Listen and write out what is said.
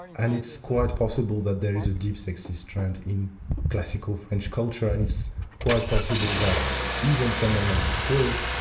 and it's quite possible that there is a deep sexist trend in classical french culture, and it's quite possible that even someone like foucault,